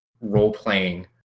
role-playing